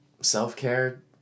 self-care